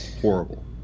Horrible